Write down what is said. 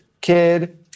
kid